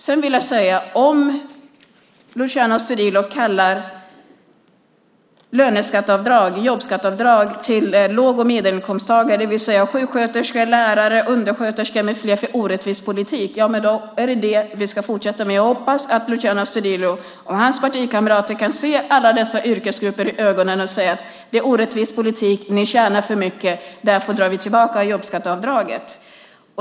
Sedan vill jag säga att om Luciano Astudillo kallar jobbskatteavdrag till låg och medelinkomsttagare, det vill säga sjuksköterskor, lärare, undersköterskor med flera, för orättvis politik är det vad vi ska fortsätta med. Jag hoppas att Luciano Astudillo och hans partikamrater kan se alla dessa yrkesgrupper i ögonen och säga: Det är orättvis politik. Ni tjänar för mycket, därför drar vi tillbaka jobbskatteavdraget.